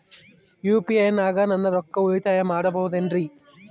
UPI ನಾಗ ನಾನು ರೊಕ್ಕ ಉಳಿತಾಯ ಮಾಡಬಹುದೇನ್ರಿ?